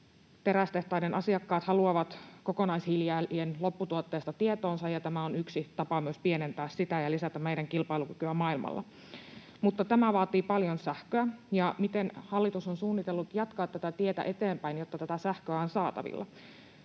Terästehtaiden asiakkaat haluavat kokonaishiilijalanjäljen lopputuotteesta tietoonsa, ja tämä on yksi tapa myös pienentää sitä ja lisätä meidän kilpailukykyä maailmalla. Mutta tämä vaatii paljon sähköä. Miten hallitus on suunnitellut jatkaa tätä tietä eteenpäin, jotta tätä sähköä on saatavilla?